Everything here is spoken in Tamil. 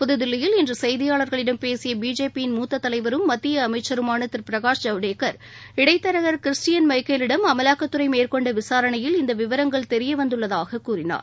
புதுதில்லியில் இன்று செய்தியாளர்களிடம் பேசிய பிஜேபியின் மூத்த தலைவரும் மத்திய அமைச்சருமான திரு பிரகாஷ் ஜவ்டேகர் இடைத்தரகர் கிறிஸ்டியன் மைக்கேலிடம் அமலாக்கத்துறை மேற்கொண்ட விசாரணையில் இந்த விவரங்கள் தெரியவந்துள்ளதாக கூறினார்